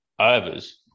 overs